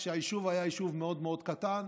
כשהיישוב היה יישוב מאוד מאוד קטן.